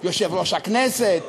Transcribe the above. יושב-ראש הכנסת,